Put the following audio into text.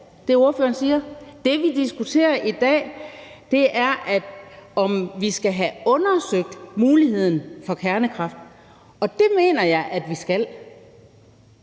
Det, vi diskuterer i dag, er, om vi skal have undersøgt muligheden for kernekraft, og det mener jeg at vi skal.